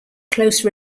close